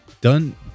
done